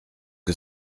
que